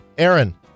Aaron